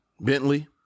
Bentley